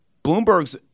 Bloomberg's